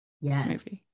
yes